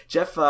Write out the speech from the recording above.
Jeff